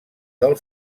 del